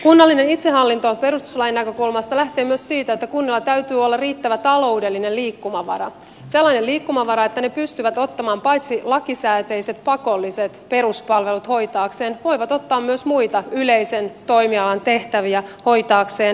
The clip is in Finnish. kunnallinen itsehallinto perustuslain näkökulmasta lähtee myös siitä että kunnilla täytyy olla riittävä taloudellinen liikkumavara sellainen liikkumavara että ne pystyvät ottamaan paitsi lakisääteiset pakolliset peruspalvelut hoitaakseen myös muita yleisen toimialan tehtäviä hoitaakseen